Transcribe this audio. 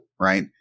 right